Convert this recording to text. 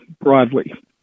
broadly